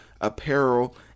apparel